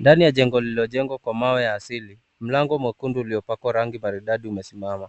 Ndani ya jengo lililo jegwa kwa mawe ya asili, malango mwekundu uliyopakwa rangi maridadi umesimama.